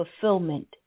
fulfillment